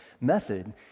method